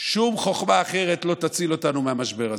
ששום חוכמה אחרת לא תציל אותנו מהמשבר הזה.